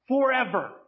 forever